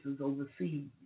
overseas